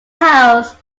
house